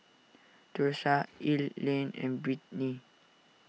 Thursa Ilene and Britni